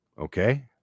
Okay